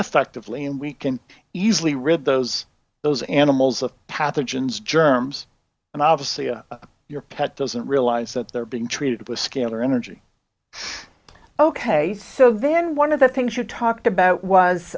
effectively and we can easily ribose those animals of pathogens germs and obviously your pet doesn't realize that they're being treated with scalar energy ok so then one of the things you talked about